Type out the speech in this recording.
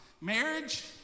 marriage